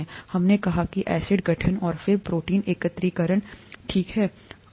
हमने कहा कि एसिड गठन और फिर प्रोटीन एकत्रीकरण ठीक है